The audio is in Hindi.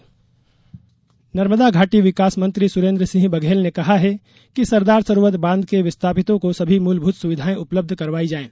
बघेल विस्थापित नर्मदा घाटी विकास मंत्री सुरेन्द्र सिंह बघेल ने कहा है कि सरदार सरोवर बांध के विस्थापितों को सभी मूलभूत सुविधाएँ उपलब्ध करवाई जाये